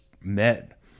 met